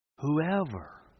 Whoever